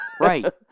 Right